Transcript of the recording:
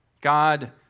God